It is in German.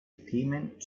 themen